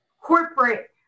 corporate